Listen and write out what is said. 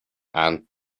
and